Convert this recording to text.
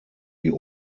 die